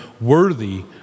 worthy